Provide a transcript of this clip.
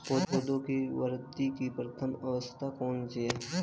पौधों की वृद्धि की प्रथम अवस्था कौन सी है?